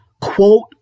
quote